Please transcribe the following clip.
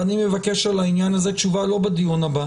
ואני מבקש לעניין הזה תשובה לא בדיון הבא,